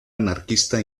anarquista